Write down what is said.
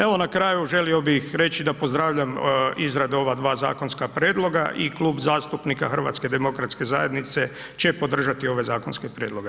Evo na kraju želio bih reći da pozdravljam izradu ova dva zakonska prijedloga i Klub zastupnika HDZ-a će podržati ove zakonske prijedloge.